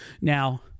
now